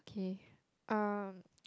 okay um